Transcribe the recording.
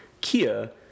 Kia